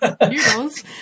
Noodles